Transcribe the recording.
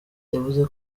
yavuze